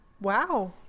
wow